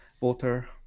water